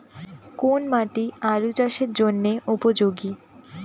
কোন মাটি আলু চাষের জন্যে উপযোগী?